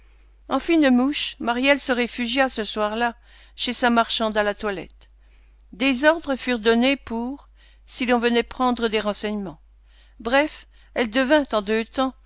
en fine mouche maryelle se réfugia ce soir-là chez sa marchande à la toilette des ordres furent donnés pour si l'on venait prendre des renseignements bref elle devint en deux temps